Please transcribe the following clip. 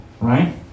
right